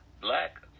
black